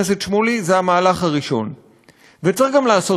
הסיעודי צריך לעבור לאחריות הציבור.